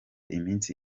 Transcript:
iminsi